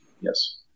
yes